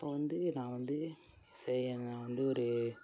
அப்புறம் வந்து நான் வந்து சே நான் வந்து ஒரு